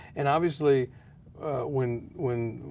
and obviously when when